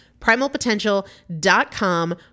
Primalpotential.com